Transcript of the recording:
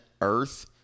earth